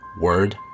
Word